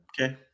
Okay